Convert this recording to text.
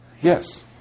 Yes